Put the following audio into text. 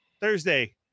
thursday